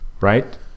Right